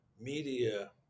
media